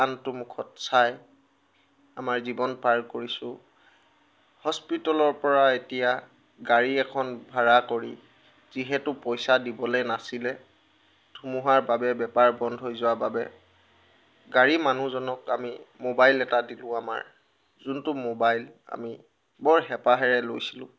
আনটো মুখত চাই আমাৰ জীৱন পাৰ কৰিছোঁ হস্পিতেলৰ পৰা এতিয়া গাড়ী এখন ভাৰা কৰি যিহেতু পইচা দিবলৈ নাছিলে ধুমুহাৰ বাবে বেপাৰ বন্ধ হৈ যোৱাৰ বাবে গাড়ী মানুহজনক আমি মোবাইল এটা দিলোঁ আমাৰ যোনটো মোবাইল আমি বৰ হেঁপাহেৰে লৈছিলোঁ